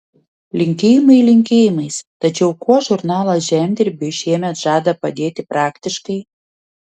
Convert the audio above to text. linkėjimai linkėjimais tačiau kuo žurnalas žemdirbiui šiemet žada padėti praktiškai